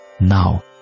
now